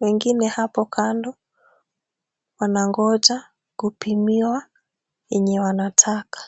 Wengine hapo kando wanangoja kupimiwa yenye wanataka.